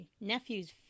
nephew's